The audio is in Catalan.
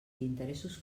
interessos